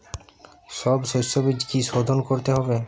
সব শষ্যবীজ কি সোধন করতে হবে?